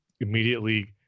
immediately